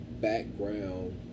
background